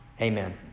Amen